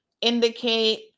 Indicate